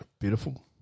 beautiful